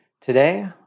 Today